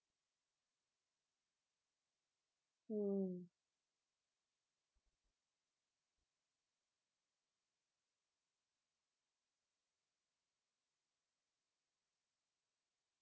mm